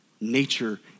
nature